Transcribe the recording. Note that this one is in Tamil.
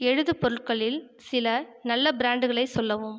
எழுதுபொருட்களில் சில நல்ல பிராண்டுகளை சொல்லவும்